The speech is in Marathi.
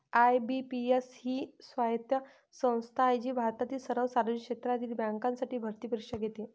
आय.बी.पी.एस ही स्वायत्त संस्था आहे जी भारतातील सर्व सार्वजनिक क्षेत्रातील बँकांसाठी भरती परीक्षा घेते